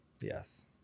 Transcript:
Yes